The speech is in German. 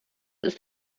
ist